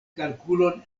kalkulon